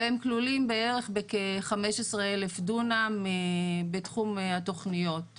והם כלולים בערך בכ- 15,000 דונם בתחום התוכניות,